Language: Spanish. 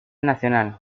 nacional